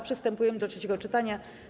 Przystępujemy do trzeciego czytania.